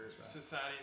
society